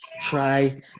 Try